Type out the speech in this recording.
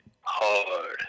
hard